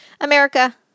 America